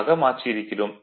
ஆக மாற்றி இருக்கிறோம்